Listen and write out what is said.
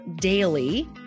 daily